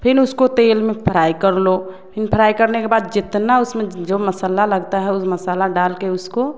फिर उसको तेल में फिर फ्राई कर लो फिर फ्राई करने के बाद जितना उसमें जो जो मसाला लगता है उस मसाला डाल के उसको